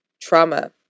trauma